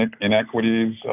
inequities